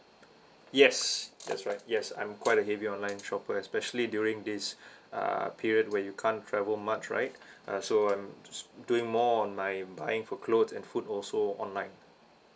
yes that's right yes I'm quite a heavy online shopper especially during this uh period where you can't travel much right uh so I'm doing more on my buying for clothes and food also online